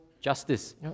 justice